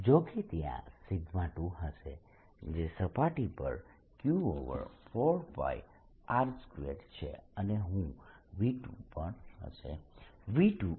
જો કે ત્યાં 2 હશે જે સપાટી પર q4πR2 છે અને હું V2 પણ હશે V214π0